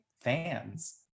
fans